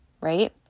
right